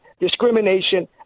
discrimination